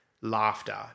laughter